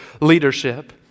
leadership